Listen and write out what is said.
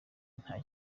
nta